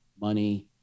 money